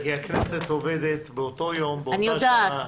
כי הכנסת עובדת באותו יום באותה שעה.